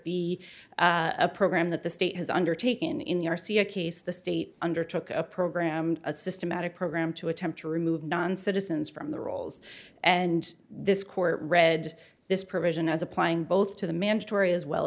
be a program that the state has undertaken in the r c a case the state undertook a program a systematic program to attempt to remove non citizens from the rolls and this court read this provision as applying both to the mandatory as well